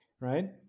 right